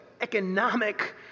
economic